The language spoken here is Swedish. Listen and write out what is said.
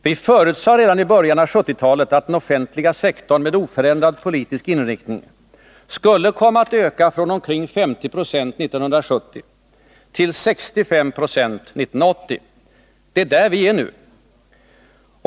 Vi förutsade redan i början av 1970-talet att den offentliga sektorn med oförändrad politisk inriktning skulle komma att öka från omkring 50 90 1970 till 65 26 1980. Det är där vi är nu.